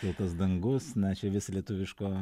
pilkas dangus na čia vis lietuviško